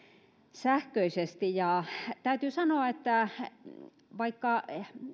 sähköisesti täytyy sanoa että vaikka